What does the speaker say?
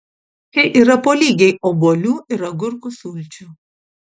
čia yra po lygiai obuolių ir agurkų sulčių